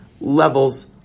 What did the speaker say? levels